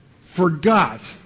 forgot